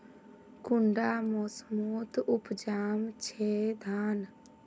कुंडा मोसमोत उपजाम छै धान?